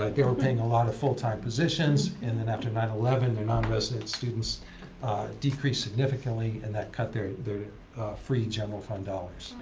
they were paying a lot of full-time positions and then after nine eleven their nonresident students decreased significantly and that cut their their free general fund dollars.